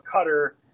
cutter